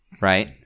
right